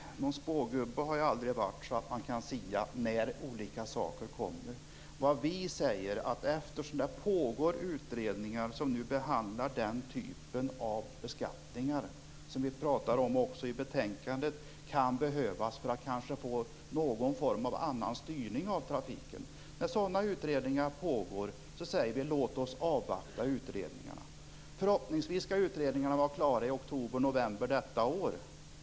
Herr talman! Någon spågubbe har jag aldrig varit. Jag kan inte sia om när olika saker kommer. Vad vi säger är att det nu pågår utredningar som behandlar den typ av beskattning som, vilket vi pratar om också i betänkandet, kan behövas för att få en annan form av styrning av trafiken. När sådana utredningar pågår säger vi: Låt oss avvakta utredningarna. Förhoppningsvis skall utredningarna vara klara i oktober/november detta år.